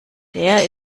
der